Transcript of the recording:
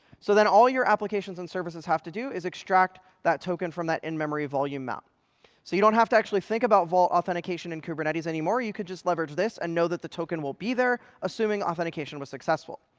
so then, all your applications and services have to do is extract that token from that in-memory volume mount. so you don't have to actually think about vault authentication in kubernetes anymore. you could just leverage this and know that the token will be there, assuming authentication was successful.